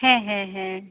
ᱦᱮᱸ ᱦᱮᱸ ᱦᱮᱸ